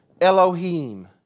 Elohim